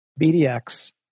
BDX